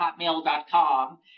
hotmail.com